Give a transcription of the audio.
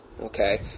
Okay